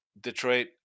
Detroit